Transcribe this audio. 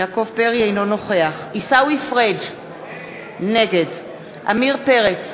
אינו נוכח עיסאווי פריג' נגד עמיר פרץ,